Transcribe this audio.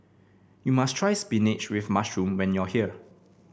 you must try spinach with mushroom when you are here